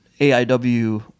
AIW